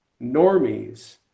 normies